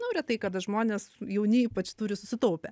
nu retai kada žmonės jauni ypač turi susitaupę